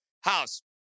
House